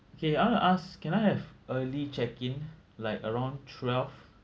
okay I want to ask can I have early check in like around twelve